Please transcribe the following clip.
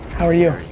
how are you?